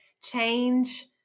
change